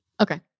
Okay